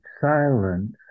silence